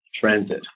transit